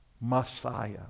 Messiah